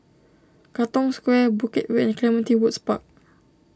Katong Square Bukit Way and Clementi Woods Park